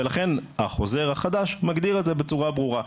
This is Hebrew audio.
החוזר החדש מגדיר את זה בצורה ברורה,